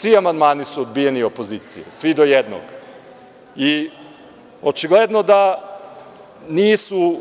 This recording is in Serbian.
Svi amandmani opozicije su odbijeni, svi do jednog i očigledno da nisu